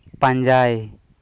ᱯᱟᱸᱡᱟᱭ